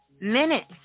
minutes